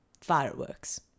fireworks